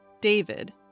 David